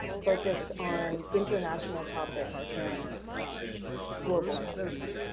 focused on international topics and global topics.